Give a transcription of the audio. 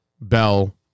Bell